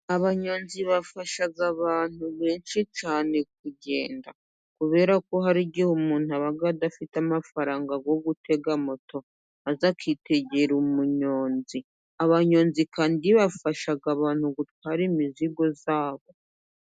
Abanyonzi bafasha abantu benshi cyane kugenda, kubera ko hari igihe umuntu aba adafite amafaranga yo gutega moto, maze akitegera umunyonzi, abanyonzi kandi bafasha abantu gutwara imizigo yabo.